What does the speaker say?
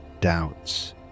doubts